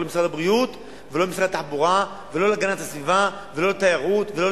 לא למשרד הבריאות ולא למשרד התחבורה ולא להגנת הסביבה ולא לתיירות ולא